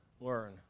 learn